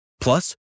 Plus